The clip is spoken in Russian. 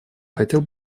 хотел